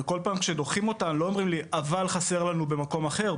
ובכל פעם כשדוחים אותנו לא אומרים לי אבל חסר לנו במקום אחר,